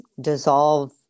dissolve